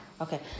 Okay